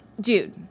Dude